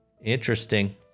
Interesting